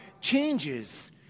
changes